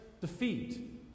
defeat